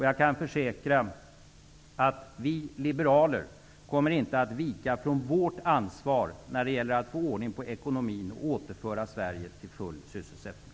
Jag kan försäkra att vi liberaler inte kommer att vika från vårt ansvar för att få ordning på ekonomin och återföra Sverige till full sysselsättning.